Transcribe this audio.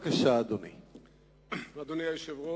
אדוני היושב-ראש,